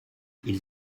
ils